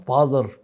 Father